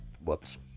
Whoops